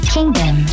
Kingdom